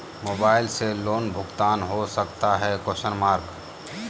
Mobile से loan भुगतान हो सकता है?